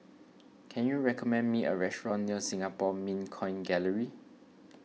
can you recommend me a restaurant near Singapore Mint Coin Gallery